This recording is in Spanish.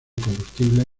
combustible